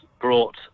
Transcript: brought